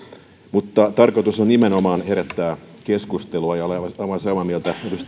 mutta tarkoitus on nimenomaan herättää keskustelua ja olen aivan samaa mieltä